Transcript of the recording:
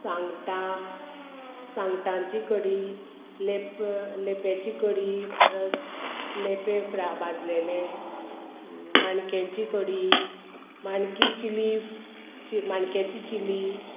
सांगटां सांगटांची कडी लेप लेप्याची कडी परस लेपे फ्रा भाजलेले माणक्याची कडी माणकी चिली माणक्याची चिली